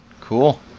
Cool